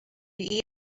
eat